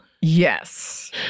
Yes